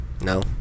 no